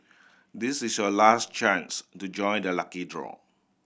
this is your last chance to join the lucky draw